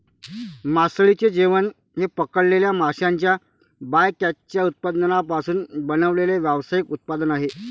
मासळीचे जेवण हे पकडलेल्या माशांच्या बायकॅचच्या उत्पादनांपासून बनवलेले व्यावसायिक उत्पादन आहे